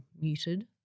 muted